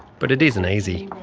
but it isn't easy.